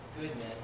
goodness